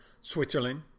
Switzerland